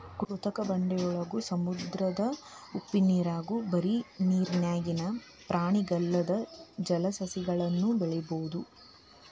ಕೃತಕ ಬಂಡೆಯೊಳಗ, ಸಮುದ್ರದ ಉಪ್ಪನೇರ್ನ್ಯಾಗು ಬರಿ ನೇರಿನ್ಯಾಗಿನ ಪ್ರಾಣಿಗಲ್ಲದ ಜಲಸಸಿಗಳನ್ನು ಬೆಳಿಬೊದು